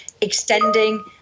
extending